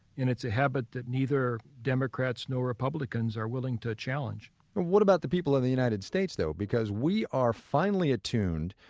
and it's a habit that neither democrats nor republicans are willing to challenge what about the people of the united states though? because we are finely attuned,